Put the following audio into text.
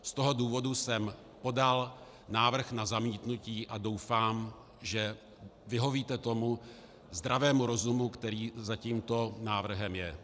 Z toho důvodu jsem podal návrh na zamítnutí a doufám, že vyhovíte zdravému rozumu, který za tímto návrhem je.